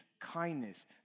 kindness